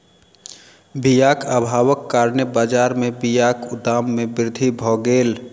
बीयाक अभावक कारणेँ बजार में बीयाक दाम में वृद्धि भअ गेल